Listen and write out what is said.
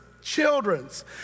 children's